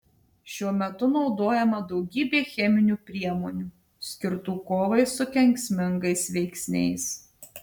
šiuo metu naudojama daugybė cheminių priemonių skirtų kovai su kenksmingais veiksniais